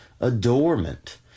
adornment